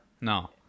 No